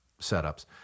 setups